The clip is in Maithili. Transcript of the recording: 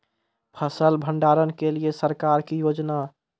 फसल भंडारण के लिए सरकार की योजना?